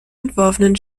entworfenen